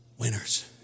winners